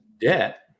debt